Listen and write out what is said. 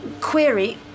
Query